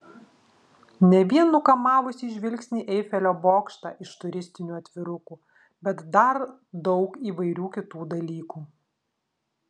ne vien nukamavusį žvilgsnį eifelio bokštą iš turistinių atvirukų bet dar daug įvairių kitų dalykų